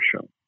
show